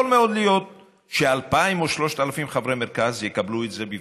יכול מאוד להיות ש-2,000 או 3,000 חברי מרכז יקבלו את זה בברכה,